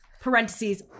parentheses